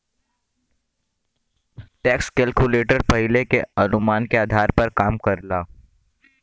tax calculator पहिले के अनुमान के आधार पर काम करला